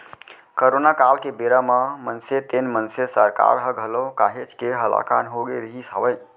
corona काल के बेरा म मनसे तेन मनसे सरकार ह घलौ काहेच के हलाकान होगे रिहिस हवय